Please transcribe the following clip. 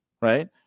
right